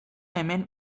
hemen